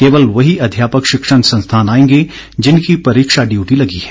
केवल वही अध्यापक शिक्षण संस्थान आएंगे जिनकी परीक्षा डयूटी लगी है